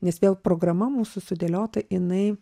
nes vėl programa mūsų sudėliota jinai